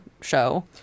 show